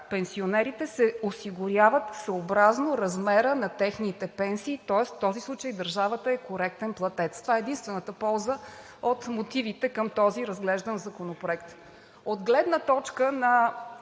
Пенсионерите се осигуряват съобразно размера на техните пенсии, тоест в този случай държавата е коректен платец. Това е единствената полза от мотивите към този разглеждан законопроект. От гледна точка на